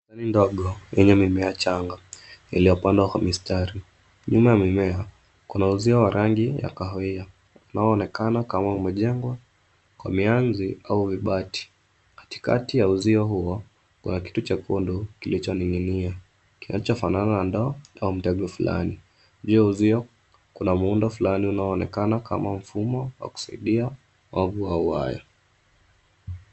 Sehemu ndogo yenye mimea changa iliyopandwa kwa mistari. Nyuma ya mimea kuna uzio wa rangi ya kahawia, unaonekana kama umejengwa kwa mianzi au vibati. Katikati ya uzio huo kuna kitu chekundu kilichoning'inia kinachofanana na ndoo au mtego fulani. Hio uzio kuna muundo fulani unaonekana kama mfumo wa kusaidia wavu au waya.